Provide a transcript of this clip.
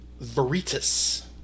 Veritas